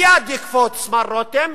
מייד יקפוץ מר רותם,